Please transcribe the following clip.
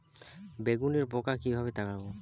বেগুনের পোকা কিভাবে তাড়াব?